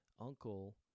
uncle